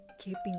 keeping